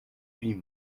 huit